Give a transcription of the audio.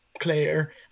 Clear